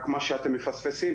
רק מה שאתם מפספסים,